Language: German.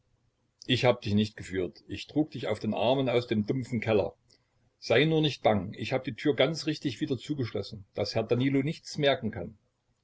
ich hab dich nicht geführt ich trug dich auf den armen aus dem dumpfen keller sei nur nicht bang ich hab die tür ganz richtig wieder zugeschlossen daß herr danilo nichts merken kann